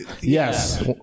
Yes